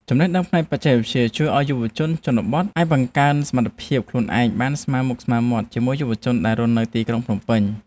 ចំណេះដឹងផ្នែកបច្ចេកវិទ្យាជួយឱ្យយុវជនជនបទអាចបង្កើនសមត្ថភាពខ្លួនឯងបានស្មើមុខស្មើមាត់ជាមួយយុវជនដែលរស់នៅក្នុងទីក្រុងភ្នំពេញ។